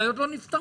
בעיות לא נפתרות.